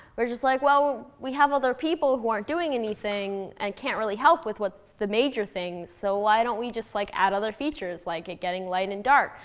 we're just like, well, we have other people who aren't doing anything and can't really help with what's the major thing, so why don't we just like add other features, like it getting light and dark.